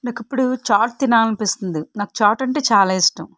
నాకు ఇప్పుడు చాట్ తినాలనిపిస్తుంది నాకు చాట్ అంటే చాలా ఇష్టం